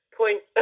point